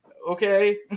okay